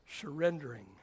surrendering